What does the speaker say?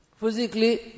Physically